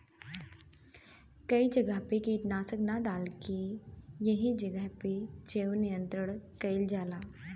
कई जगह पे कीटनाशक ना डाल के एही सब से जैव नियंत्रण कइल जाला